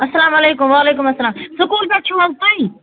اسلام علیکُم وعلیکُم اسلام سکوٗل پٮ۪ٹھ چھُو حظ تُہی